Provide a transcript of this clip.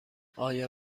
آیا